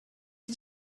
you